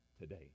today